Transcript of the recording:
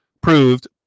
proved